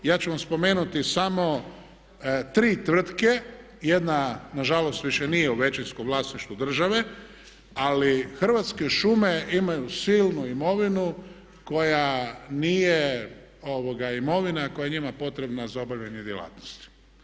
Ja ću vam spomenuti samo tri tvrtke, jedna nažalost više nije u većinskom vlasništvu države, ali Hrvatske šume imaju silnu imovinu koja nije imovina koja je njima potrebna za obavljanje djelatnosti.